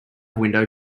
window